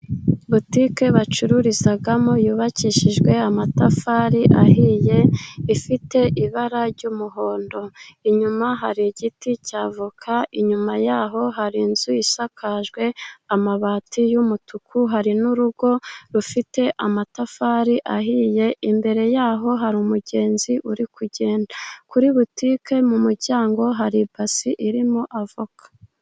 Butike bacururizamo yubakishijwe amatafari ahiye, ifite ibara ry'umuhondo, inyuma hari igiti cy'avoka, inyuma yaho hari inzu isakajwe amabati y'umutuku hari n'urugo rufite amatafari ahiye, imbere yaho hari umugenzi uri kugenda, kuri butike mu muryango hari ibase irimo avoka.